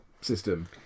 system